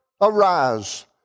arise